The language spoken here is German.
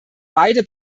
beide